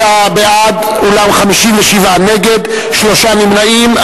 23 בעד, אולם 57 נגד, שלושה נמנעים.